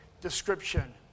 description